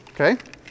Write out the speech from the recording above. Okay